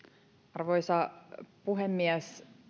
arvoisa puhemies